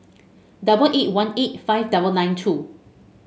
double eight one eight five double nine two